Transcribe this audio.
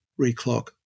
reclock